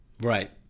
Right